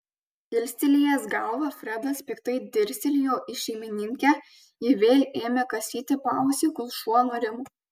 kilstelėjęs galvą fredas piktai dirstelėjo į šeimininkę ji vėl ėmė kasyti paausį kol šuo nurimo